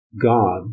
God